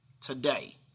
today